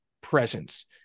presence